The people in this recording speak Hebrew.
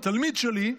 התלמיד שלי,